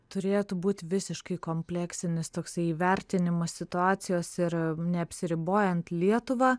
turėtų būt visiškai kompleksinis toksai įvertinimas situacijos ir neapsiribojant lietuva